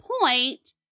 point